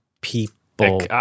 people